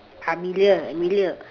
amelia amelia